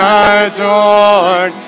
adored